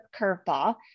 curveball